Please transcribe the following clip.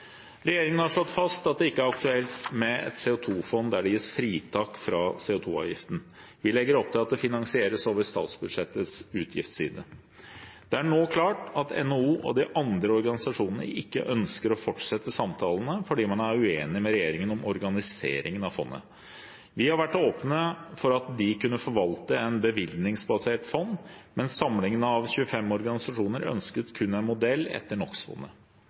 Regjeringen har slått fast at det ikke er aktuelt med et CO 2 -fond der det gis fritak fra CO 2 -avgiften. Vi legger opp til at det finansieres over statsbudsjettets utgiftsside. Det er nå klart at NHO og de andre organisasjonene ikke ønsker å fortsette samtalene fordi man er uenig med regjeringen om organiseringen av fondet. Vi har vært åpne for at de kunne forvalte et bevilgningsbasert fond, men samlingen av 25 organisasjoner ønsket kun en modell etter